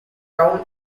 town